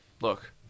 look